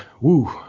woo